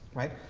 right?